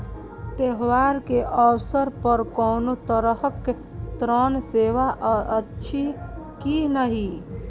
त्योहार के अवसर पर कोनो तरहक ऋण सेवा अछि कि नहिं?